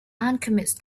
alchemist